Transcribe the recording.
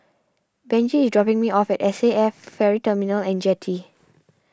Benji is dropping me off at S A F Ferry Terminal and Jetty